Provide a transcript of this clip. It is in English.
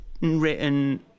written